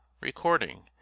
Recording